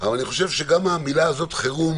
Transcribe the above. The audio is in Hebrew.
אבל אני חושב שגם המילה "חירום"